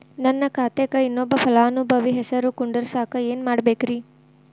ನನ್ನ ಖಾತೆಕ್ ಇನ್ನೊಬ್ಬ ಫಲಾನುಭವಿ ಹೆಸರು ಕುಂಡರಸಾಕ ಏನ್ ಮಾಡ್ಬೇಕ್ರಿ?